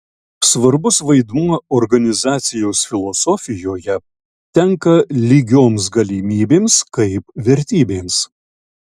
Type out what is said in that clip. svarbus vaidmuo organizacijos filosofijoje tenka lygioms galimybėms kaip vertybėms